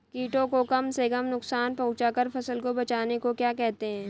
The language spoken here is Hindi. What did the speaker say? कीटों को कम से कम नुकसान पहुंचा कर फसल को बचाने को क्या कहते हैं?